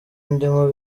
ndimo